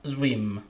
Swim